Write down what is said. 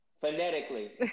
phonetically